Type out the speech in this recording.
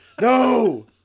No